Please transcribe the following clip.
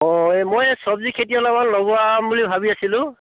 অ' এই মই চবজি খেতি অলপমান লগোৱাম বুলি ভাবি আছিলোঁ